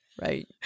right